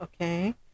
okay